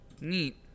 neat